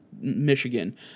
Michigan